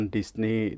Disney